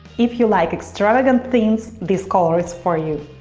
if you like extravagant things this collar is for you!